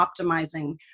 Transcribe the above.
optimizing